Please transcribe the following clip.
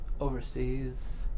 overseas